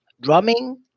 Drumming